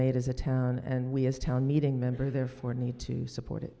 made as a town and we as town meeting member therefore need to support it